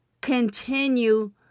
continue